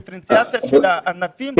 הדברים באים מאנשי מקצוע במשרד הבריאות.